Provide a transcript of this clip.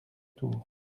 tour